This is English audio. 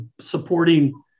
supporting